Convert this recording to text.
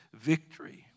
victory